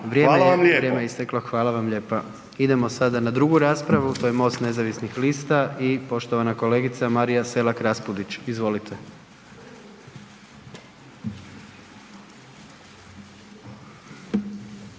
Hvala vam lijepa.